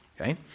okay